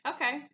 Okay